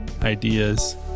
ideas